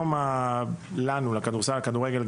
לכדורסל ולכדורגל,